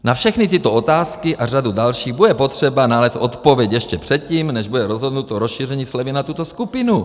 Na všechny tyto otázky a řadu dalších bude potřeba nalézt odpověď ještě předtím, než bude rozhodnuto rozšíření slevy na tuto skupinu.